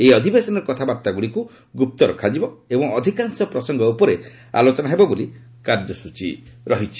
ଏହି ଅଧିବେଶନରେ କଥାବାର୍ଭାଗୁଡ଼ିକୁ ଗୁପ୍ତ ରଖାଯିବ ଏବଂ ଅଧିକାଂଶ ପ୍ରସଙ୍ଗ ଉପରେ ଆଲୋଚନା ହେବ ବୋଲି କାର୍ଯ୍ୟସ୍ଟଚୀ ରହିଛି